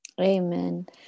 amen